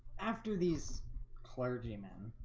after these clergymen